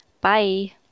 Bye